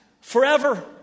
forever